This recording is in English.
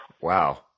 Wow